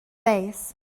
face